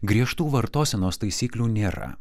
griežtų vartosenos taisyklių nėra